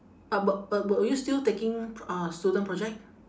ah but but but are you still taking pr~ uh student project